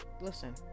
listen